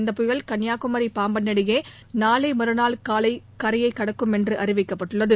இந்த புயல் கன்னியாகுமி பாம்பன் இடையே நாளை மறுநாள் காலை கரையை கடக்கும் என்று அறிவிக்கப்பட்டுள்ளது